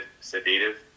sedative